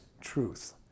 truth